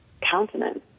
countenance